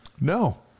No